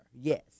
yes